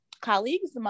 colleagues